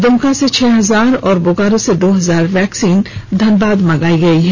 द्मका से छह हजार और बोकारो से दो हजार वैक्सीन धनबाद लाई गई है